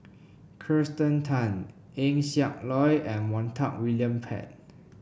Kirsten Tan Eng Siak Loy and Montague William Pett